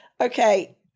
okay